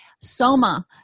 Soma